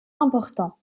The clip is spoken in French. important